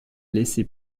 laissé